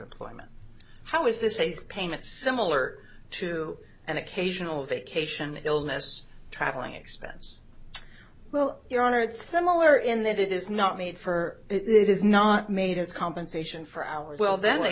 employment how is this a payment similar to an occasional vacation illness travelling expense well your honor it's similar in that it is not made for it is not made as compensation for our well then